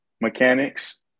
mechanics